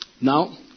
Now